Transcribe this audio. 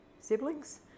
siblings